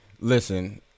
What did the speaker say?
listen